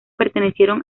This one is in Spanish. pertenecieron